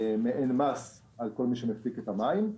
מס על כל מי שמפיק את המים.